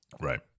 Right